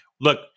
Look